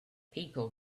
people